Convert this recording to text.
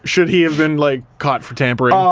should he have been like caught for tampering? um